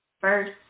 First